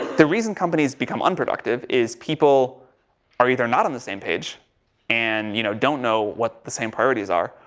the reason companies become unproductive is people are either not on the same page and you know, don't know what the same priorities are,